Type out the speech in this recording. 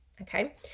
Okay